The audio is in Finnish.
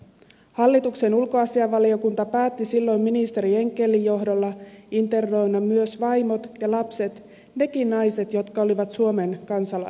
hallituksen ulkoasiainvaliokunta päätti silloin ministeri enckellin johdolla internoida myös vaimot ja lapset nekin naiset jotka olivat suomen kansalaisia